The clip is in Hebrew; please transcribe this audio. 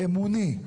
אמוני,